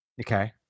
Okay